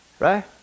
right